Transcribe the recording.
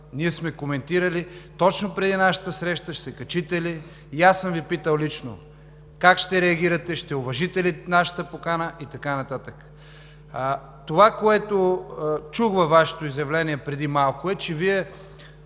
с Вас, коментирали сме точно преди нашата среща ще се качите ли, аз съм Ви питал лично как ще реагирате, ще уважите ли нашата покана и така нататък. Това, което чух във Вашето изявление преди малко, е, че Вие